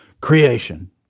creation